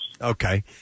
Okay